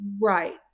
Right